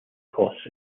costs